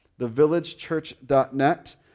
thevillagechurch.net